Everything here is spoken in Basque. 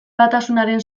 batasunaren